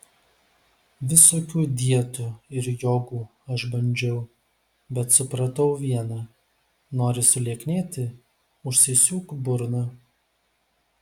visokių dietų ir jogų aš bandžiau bet supratau viena nori sulieknėti užsisiūk burną